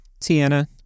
Tiana